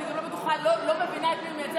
אני גם לא מבינה את מי הוא מייצג.